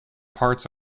parts